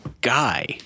guy